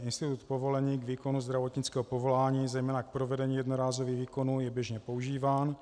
Institut povolení k výkonu zdravotnického povolání, zejména k provedení jednorázových výkonů, je běžně používán.